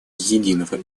единого